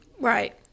Right